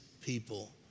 people